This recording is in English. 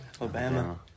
Alabama